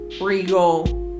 regal